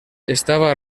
estava